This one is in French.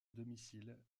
domicile